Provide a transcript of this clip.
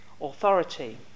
authority